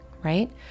Right